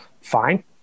fine